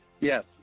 Yes